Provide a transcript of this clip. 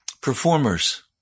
Performers